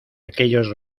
aquellos